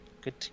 good